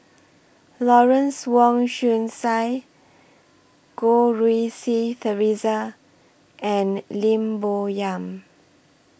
Lawrence Wong Shyun Tsai Goh Rui Si Theresa and Lim Bo Yam